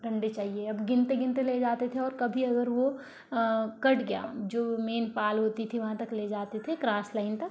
डंडे चाहिए अब गिनते गिनते ले जाते थे और कभी अगर वो कट गया जो मेन पाल होती थी वहाँ तक ले जाते थे क्रॉस लाइन तक